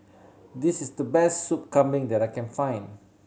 this is the best Soup Kambing that I can find